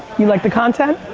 you like the content?